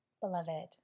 Beloved